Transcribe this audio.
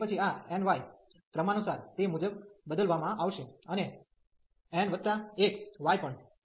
અને તે પછી આ nπ ક્રમાનુસાર તે મુજબ બદલવામાં આવશે અને n 1 y પણ